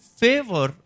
favor